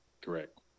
correct